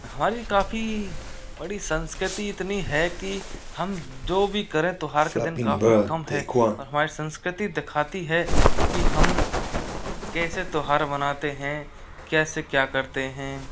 हमारी काफ़ी बड़ी संस्कृति इतनी है कि हम जो भी करें त्योहार के दिन काफ़ी कम है और हमारी संस्कृति दिखाती है की हम कैसे त्योहार मनाते हैं कैसे क्या करते हैं